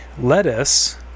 lettuce